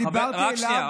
אני דיברתי על הנאום שלו,